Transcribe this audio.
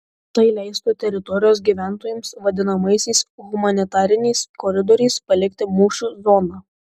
tai leistų teritorijos gyventojams vadinamaisiais humanitariniais koridoriais palikti mūšių zoną